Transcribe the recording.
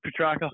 Petraka